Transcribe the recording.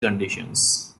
conditions